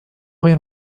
غير